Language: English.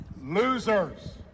losers